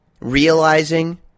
realizing